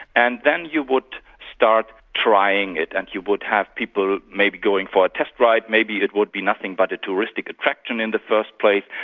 and then you would start trying it and you would have people maybe going for a test ride, maybe it would be nothing but a touristic attraction in the first place,